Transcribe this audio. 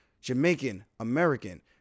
Jamaican-American